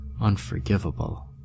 unforgivable